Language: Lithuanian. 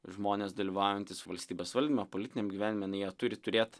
žmonės dalyvaujantys valstybės valdymo politiniame gyvenime jie turi turėti